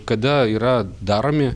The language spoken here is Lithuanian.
kada yra daromi